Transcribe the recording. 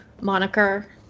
moniker